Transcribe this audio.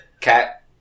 Cat